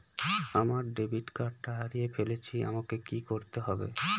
আমার ডেবিট কার্ডটা হারিয়ে ফেলেছি আমাকে কি করতে হবে?